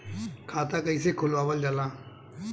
खाता कइसे खुलावल जाला?